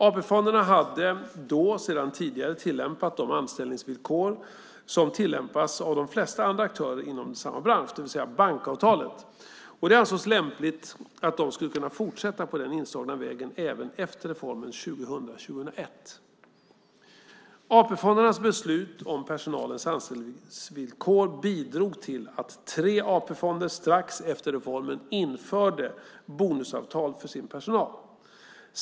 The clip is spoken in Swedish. AP-fonderna hade då sedan tidigare tillämpat de anställningsvillkor som tillämpas av de flesta andra aktörer inom samma bransch, det vill säga bankavtalet, och det ansågs lämpligt att de skulle kunna fortsätta på den inslagna vägen även efter reformen 2000/01. AP-fondernas beslut om personalens anställningsvillkor bidrog till att tre AP-fonder strax efter reformen införde bonusavtal för sin personal.